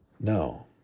No